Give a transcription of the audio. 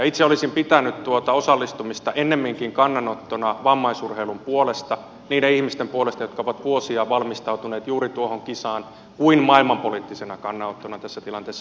itse olisin pitänyt tuota osallistumista ennemminkin kannanottona vammaisurheilun puolesta niiden ihmisten puolesta jotka ovat vuosia valmistautuneet juuri tuohon kisaan kuin maailmanpoliittisena kannanottona tässä tilanteessa